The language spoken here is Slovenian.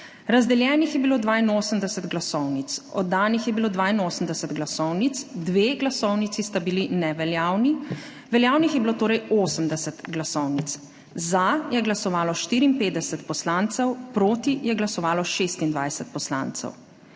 Razdeljenih je bilo 82 glasovnic, oddanih je bilo 82 glasovnic, 2 glasovnici sta bili neveljavni. Veljavnih je bilo torej 80 glasovnic. Za je glasovalo 54 poslancev, proti je glasovalo 26 poslancev.